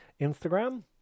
instagram